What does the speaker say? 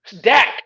Dak